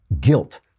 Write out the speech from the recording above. guilt